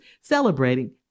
celebrating